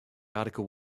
article